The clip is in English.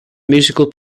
musical